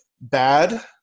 Bad